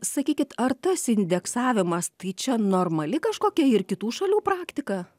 sakykit ar tas indeksavimas tai čia normali kažkokia ir kitų šalių praktika